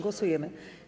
Głosujemy.